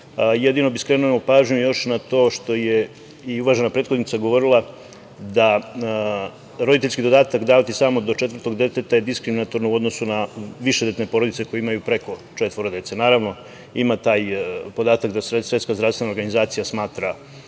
Jedino bih skrenuo pažnju još na to što je i uvažena prethodnica govorila da roditeljski dodatak davati samo do četvrtog deteta je diskriminatorno u odnosu na višededetne porodice koje imaju preko četvoro dece. Naravno, ima taj podatak da SZO smatra da to nije dobro